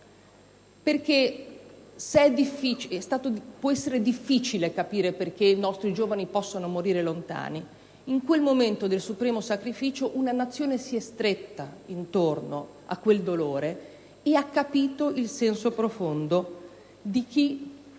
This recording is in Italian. vero che può essere difficile capire perché i nostri giovani possano morire lontani, in quel momento l'intera Nazione si è stretta intorno a quel dolore e ha capito il senso profondo del